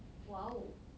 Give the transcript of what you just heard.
!wow!